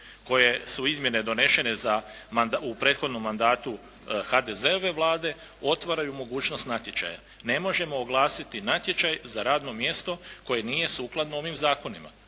koje su izmjene donesene u prethodnom mandatu HDZ-ove Vlade, otvaraju mogućnost natječaja. Ne možemo oglasiti natječaj za radno mjesto koje nije sukladno ovim zakonima.